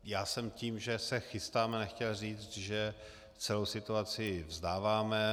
Já jsem tím, že se chystáme, nechtěl říct, že celou situaci vzdáváme.